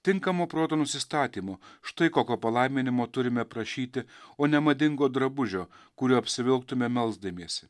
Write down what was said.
tinkamo proto nusistatymų štai kokio palaiminimo turime prašyti o ne madingo drabužio kuriuo apsivilktume melsdamiesi